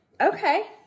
okay